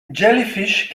jellyfish